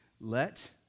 Let